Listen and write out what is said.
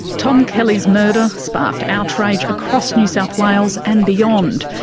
tom kelly's murder sparked outrage across new south wales and beyond,